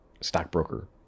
stockbroker